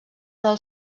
del